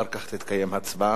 אחר כך תתקיים הצבעה,